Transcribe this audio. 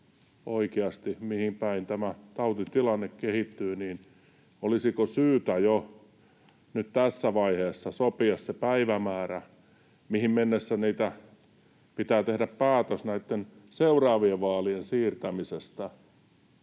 oikeasti, mihin päin tämä tautitilanne kehittyy, olisiko syytä jo nyt tässä vaiheessa sopia se päivämäärä, mihin mennessä pitää tehdä päätös seuraavien vaalien siirtämisestä,